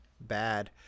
bad